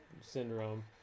syndrome